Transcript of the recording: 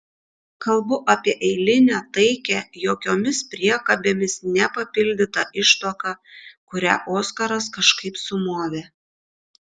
kalbu apie eilinę taikią jokiomis priekabėmis nepapildytą ištuoką kurią oskaras kažkaip sumovė